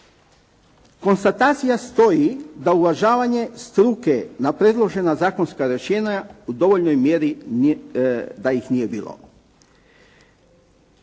Konstatacija stoji da uvažavanje struke na predložena zakonska rješenja u dovoljnoj mjeri da ih nije bilo.